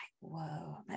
whoa